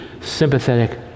sympathetic